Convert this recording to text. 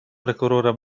прокурора